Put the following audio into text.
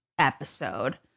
episode